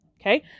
okay